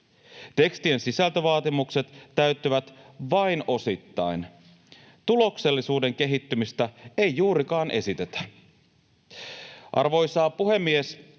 Tekstien sisältövaatimukset täyttyvät vain osittain. Tuloksellisuuden kehittymistä ei juurikaan esitetä. Arvoisa puhemies!